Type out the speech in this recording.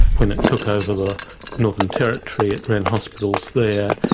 when it took over the northern territory, it ran hospitals there,